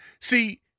See